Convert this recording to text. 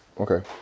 okay